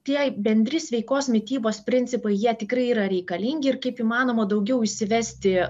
tie bendri sveikos mitybos principai jie tikrai yra reikalingi ir kaip įmanoma daugiau įsivesti